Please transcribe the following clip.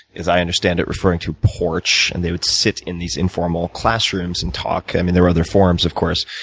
as i understand it, referring to porch, and they would sit in these informal classrooms and talk. i mean, there were other forums, of course.